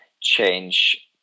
change